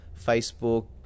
Facebook